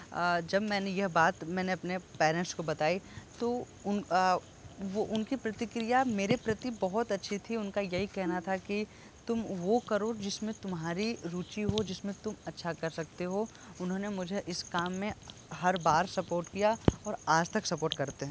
जब मैंने यह बात मैंने अपने पेरेंट्स को बताई तो उन वो उनकी प्रतिक्रिया मेरी प्रति बहुत अच्छी थी उनका यही कहना था कि तुम वो करो जिसमें तुम्हारी रुचि हो जिसमें तुम अच्छा कर सकते हो उन्होंने मुझे इस काम में हर बार सपोर्ट किया और आज तक सपोर्ट करते हैं